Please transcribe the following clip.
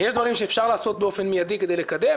יש דברים שאפשר לעשות באופן מיידי כדי לקדם,